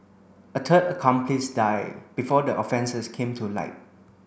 a third accomplice died before the offences came to light